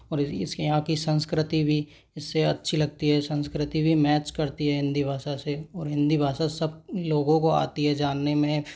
और इसकी यहाँ की संस्कृति भी इससे अच्छी लगती है संस्कृति भी मैच करती है हिंदी भाषा से और हिंदी भाषा सब लोगों को आती है जानने में